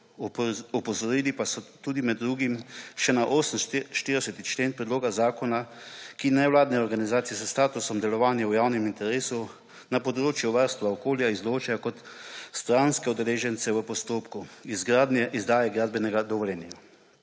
Opozorili pa so med drugim še na 48. člen predloga zakona, ki nevladne organizacije s statusom delovanja v javnem interesu na področju varstva okolja izločajo kot stranske udeležence v postopku izdaje gradbenega dovoljenja.